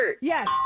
Yes